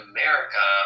America